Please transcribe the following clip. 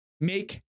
make